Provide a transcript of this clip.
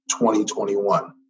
2021